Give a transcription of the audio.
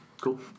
Cool